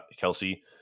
kelsey